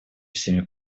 всеми